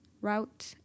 route